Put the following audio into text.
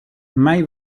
mai